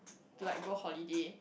to like go holiday